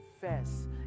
confess